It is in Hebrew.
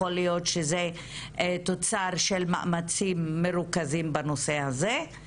יכול להיות שזה תוצר של מאמצים מרוכזים בנושא הזה,